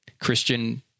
Christian